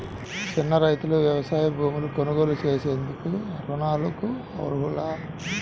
చిన్న రైతులు వ్యవసాయ భూములు కొనుగోలు చేసేందుకు రుణాలకు అర్హులా?